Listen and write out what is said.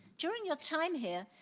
during your time here,